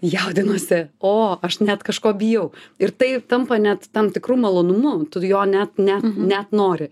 jaudinuosi o aš net kažko bijau ir tai tampa net tam tikru malonumu jo net ne net nori